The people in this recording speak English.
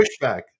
pushback